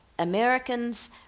Americans